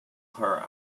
her